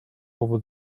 over